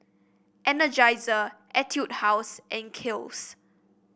Energizer Etude House and Kiehl's